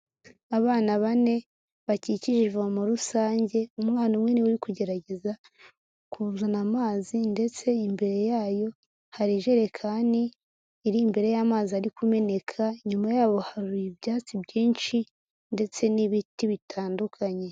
Abana bane bakikije ivomo rusange, umwana umwe niwe uri kugerageza kuzana amazi ndetse imbere yayo hari ijerekani iri imbere y'amazi ari kumeneka, inyuma yabo hari ibyatsi byinshi ndetse n'ibiti bitandukanye.